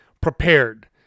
prepared